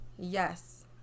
Yes